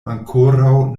ankoraŭ